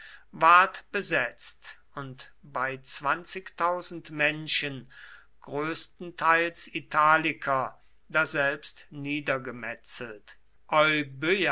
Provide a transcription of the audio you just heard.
ward besetzt und bei menschen größtenteils italiker daselbst niedergemetzelt